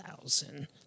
thousand